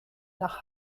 nach